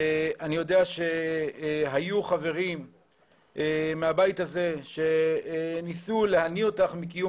אני יודע שהיו חברים מהבית הזה שניסו להניא אותך מקיום